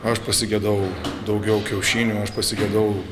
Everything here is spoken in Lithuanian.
aš pasigedau daugiau kiaušinių aš pasigedau